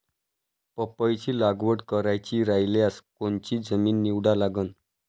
पपईची लागवड करायची रायल्यास कोनची जमीन निवडा लागन?